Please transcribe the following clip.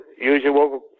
usual